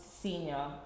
senior